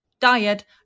diet